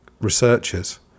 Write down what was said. researchers